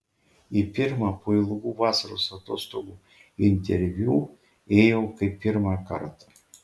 į pirmą po ilgų vasaros atostogų interviu ėjau kaip pirmą kartą